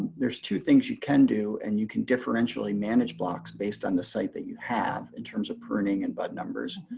there's two things you can do and you can differentially manage blocks based on the site that you have in terms of pruning and bud numbers.